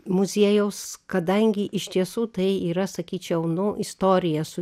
muziejaus kadangi iš tiesų tai yra sakyčiau nu istorija su